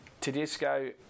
Tedesco